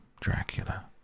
Dracula